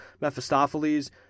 Mephistopheles